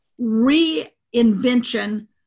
reinvention